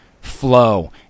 flow